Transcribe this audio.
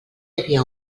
havia